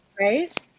right